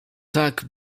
tak